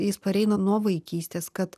jis pareina nuo vaikystės kad